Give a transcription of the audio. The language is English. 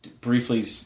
briefly